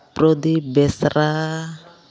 Pradip Besra